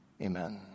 Amen